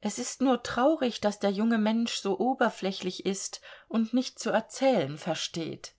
es ist nur traurig daß der junge mensch so oberflächlich ist und nicht zu erzählen versteht